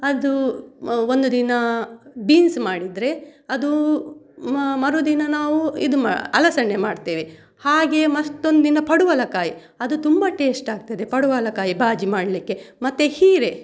ಅದು ಒಂದು ದಿನ ಬೀನ್ಸ್ ಮಾಡಿದರೆ ಅದು ಮರುದಿನ ನಾವು ಇದು ಮಾ ಅಲಸಂಡೆ ಮಾಡ್ತೇವೆ ಹಾಗೆ ಮತ್ತೊಂದು ದಿನ ಪಡುವಲಕಾಯಿ ಅದು ತುಂಬಾ ಟೇಸ್ಟ್ ಆಗ್ತದೆ ಪಡುವಲಕಾಯಿ ಬಾಜಿ ಮಾಡಲಿಕ್ಕೆ ಮತ್ತೆ ಹೀರೆ